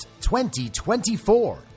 2024